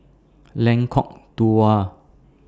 Lengkong Dua